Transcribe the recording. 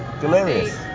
Delirious